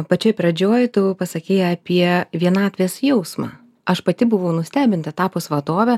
pačioj pradžioj tu pasakei apie vienatvės jausmą aš pati buvau nustebinta tapus vadove